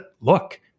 look